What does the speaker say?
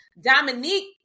Dominique